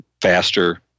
faster